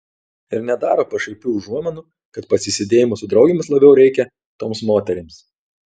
ir nedaro pašaipių užuominų kad pasisėdėjimų su draugėmis labiau reikia toms moterims